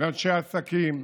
לאנשי עסקים,